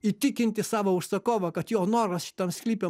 įtikinti savo užsakovą kad jo noras šitam sklype